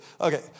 okay